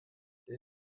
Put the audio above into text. der